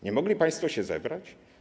Nie mogli państwo się zebrać?